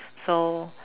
so